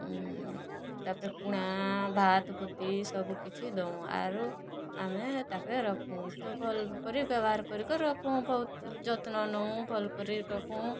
ତା'ପରେ କୁଁଣା ଭାତ୍ ଭୁତି ସବୁକିଛି ଦଉଁ ଆରୁ ଆମେ ତାକେ ରଖୁଁ ତ ଭଲ୍ କରି ବେବହାର୍ କରିକରି ରଖୁଁ ବହୁତ୍ ଯତ୍ନ ନଉଁ ଭଲ୍ କରି ରଖୁଁ